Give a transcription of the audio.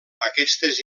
aquestes